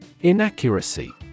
Inaccuracy